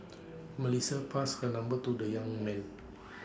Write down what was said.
Melissa passed her number to the young man